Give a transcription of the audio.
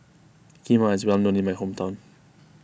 Kheema is well known in my hometown